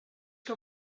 que